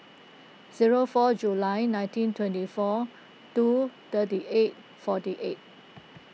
zero four July nineteen twenty four two thirty eight forty eight